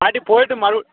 பாட்டி போயிட்டு மறு